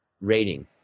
rating